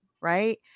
Right